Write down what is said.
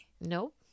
Nope